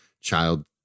child